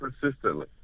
persistently